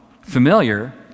familiar